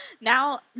now